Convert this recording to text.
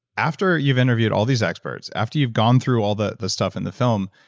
after you've interviewed all these experts, after you've gone through all the the stuff in the film,